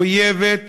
מחויבת,